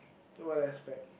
what do I expect